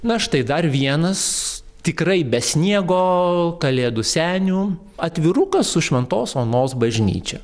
na štai dar vienas tikrai be sniego kalėdų senių atvirukas su šventos onos bažnyčia